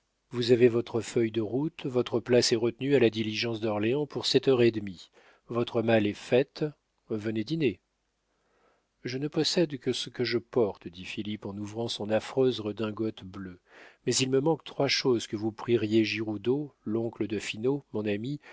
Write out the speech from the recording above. vous avez votre feuille de route votre place est retenue à la diligence d'orléans pour sept heures et demie votre malle est faite venez dîner je ne possède que ce que je porte dit philippe en ouvrant son affreuse redingote bleue mais il me manque trois choses que vous prierez giroudeau l'oncle de finot mon ami